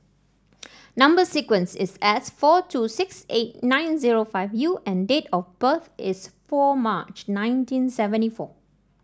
number sequence is S four two six eight nine zero five U and date of birth is four March nineteen seventy four